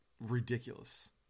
ridiculous